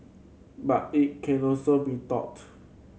but it can also be taught